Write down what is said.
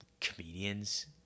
comedians